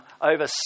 over